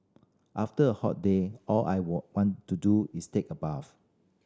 after a hot day all I want to do is take a bath